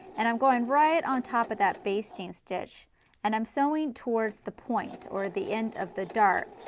and i'm going right on top of that basting stitch and i'm sewing towards the point or the end of the dart.